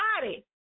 body